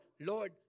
Lord